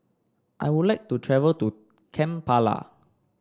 I would like to travel to Kampala